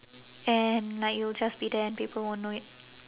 and like you'll just be there and people won't know it